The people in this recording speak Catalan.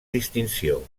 distinció